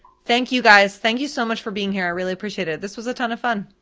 thank you guys, thank you so much for being here, i really appreciate it. this was a ton of fun.